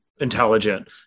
intelligent